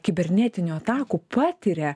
kibernetinių atakų patiria